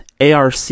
ARC